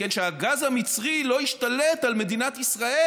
שהגז המצרי לא ישתלט על מדינת ישראל,